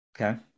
Okay